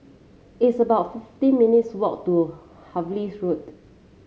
it's about fifteen minutes' walk to Harvey Road